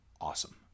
awesome